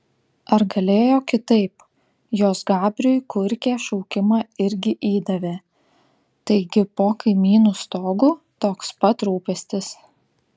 ar galėjo kitaip jos gabriui kurkė šaukimą irgi įdavė taigi po kaimynų stogu toks pat rūpestis